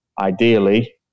ideally